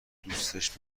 دوستش